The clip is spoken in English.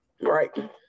Right